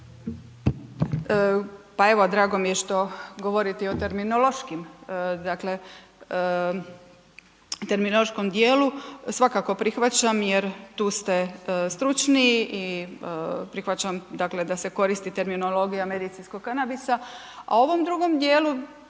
Pa evo drago mi je što govorite i o terminološkim, dakle terminološkom dijelu svakako prihvaćam jer tu ste stručniji i prihvaćam dakle da se koristi terminologija medicinskog kanabisa, a o ovom drugom dijelu